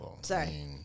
Sorry